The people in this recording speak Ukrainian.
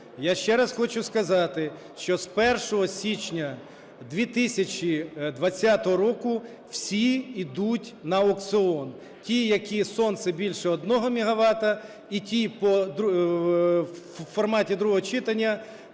Я ще раз хочу сказати, що з 1 січня 2020 року всі йдуть на аукціон. Ті, які сонце більше 1 мегавата, і ті, в форматі другого читання,